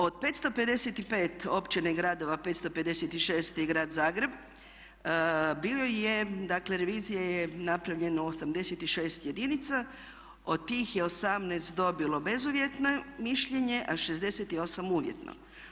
Od 555 općina i gradova, 556 je Grad Zagreb bilo je, dakle revizija je napravljena u 86 jedinica od tih je 18 dobilo bezuvjetno mišljenje a 68 uvjetno.